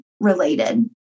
related